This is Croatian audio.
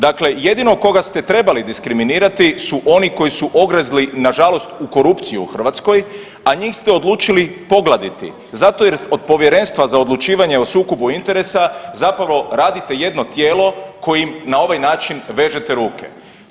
Dakle, jedino koga ste trebali diskriminirati su oni koji su ogrezli nažalost u korupciju u Hrvatskoj a njih ste odlučili pogladiti, zato jer od Povjerenstva za odlučivanje o sukoba interesa zapravo radite jedno tijelo kojim na ovaj način vežete ruke.